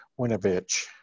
winovich